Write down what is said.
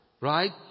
Right